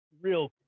real